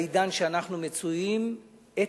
בעידן שאנחנו מצויים בו,